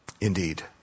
Indeed